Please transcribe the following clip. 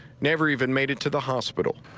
never even made it to the hospital.